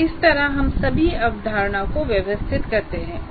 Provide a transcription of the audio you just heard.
तो इस तरह हम सभी अवधारणाओं को व्यवस्थित करते हैं